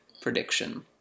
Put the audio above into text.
prediction